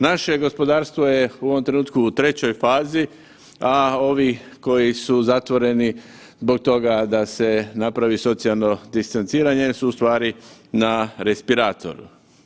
Naše gospodarstvo je u ovom trenutku u trećoj fazi, a ovi koji su zatvoreni zbog toga da se napravi socijalno distanciranje su u stvari na respiratoru.